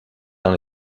dans